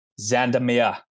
Zandamia